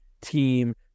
team